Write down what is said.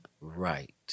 right